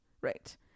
right